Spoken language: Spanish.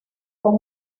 con